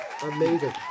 amazing